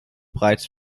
bereits